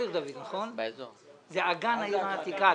קצב הביצוע יותר איטי.